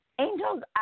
Angels